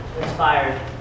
inspired